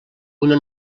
una